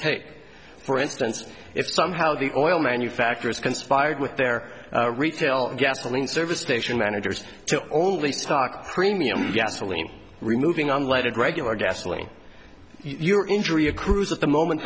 take for instance if somehow the oil manufacturers conspired with their retail gasoline service station managers to only stock premium gasoline removing unleaded regular gasoline your injury accrues at the moment